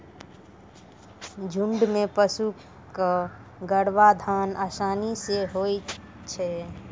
झुंड म पशु क गर्भाधान आसानी सें होय छै